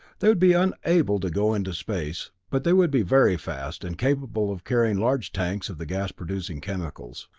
they would be unable to go into space, but they would be very fast, and capable of carrying large tanks of the gas-producing chemicals.